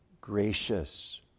gracious